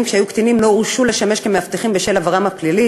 כשהיו קטינים לא הורשו לשמש מאבטחים בשל עברם הפלילי,